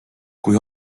kui